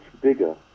bigger